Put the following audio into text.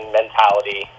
mentality